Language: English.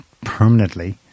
permanently